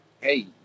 hey